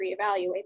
reevaluate